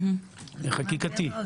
חקיקתי.